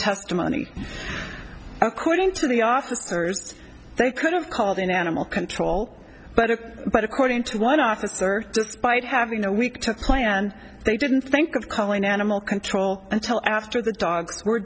testimony according to the officers they could have called in animal control but it but according to one officer despite having a week to plan and they didn't think of calling animal control until after the dogs were